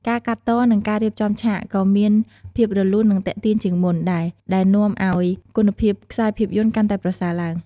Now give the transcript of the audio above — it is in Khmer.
ការកាត់ត និងការរៀបចំឆាក ក៏មានភាព រលូន និងទាក់ទាញជាងមុន ដែរ ដែលនាំឲ្យគុណភាពខ្សែភាពយន្តកាន់តែប្រសើរឡើង។